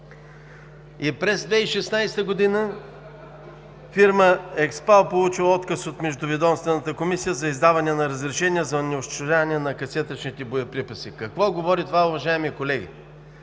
И през 2016 г. фирма „Експал“ е получила отказ от Междуведомствената комисия за издаване на разрешение за неунищожаване на касетъчните боеприпаси. Какво говори това, уважаеми колеги?